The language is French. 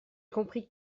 compris